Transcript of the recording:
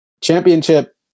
championship